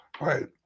Right